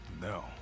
No